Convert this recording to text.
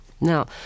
Now